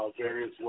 various